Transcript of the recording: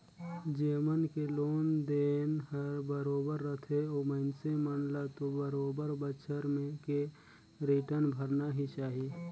जेमन के लोन देन हर बरोबर रथे ओ मइनसे मन ल तो बरोबर बच्छर में के रिटर्न भरना ही चाही